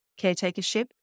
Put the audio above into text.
caretakership